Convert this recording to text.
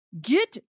Get